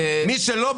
מי שלא,